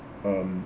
um